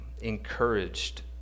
encouraged